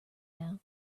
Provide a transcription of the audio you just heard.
now